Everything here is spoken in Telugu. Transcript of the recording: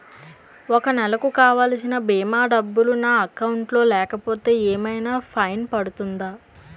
ఒక నెలకు కావాల్సిన భీమా డబ్బులు నా అకౌంట్ లో లేకపోతే ఏమైనా ఫైన్ పడుతుందా?